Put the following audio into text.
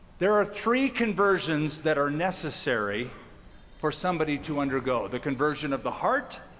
there are three conversions that are necessary for somebody to undergo the conversion of the heart,